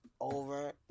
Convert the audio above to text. over